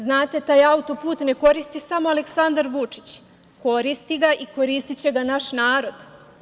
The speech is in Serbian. Znate, taj auto-put ne koristi samo Aleksandar Vučić, koristi ga i koristiće ga naš narod.